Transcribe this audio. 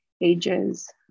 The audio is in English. ages